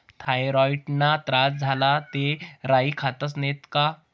थॉयरॉईडना त्रास झाया ते राई खातस नैत का